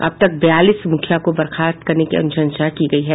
अब तक बयालीस मुखिया को बर्खास्त करने की अनुशंसा की गयी है